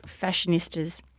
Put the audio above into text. fashionistas